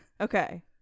Okay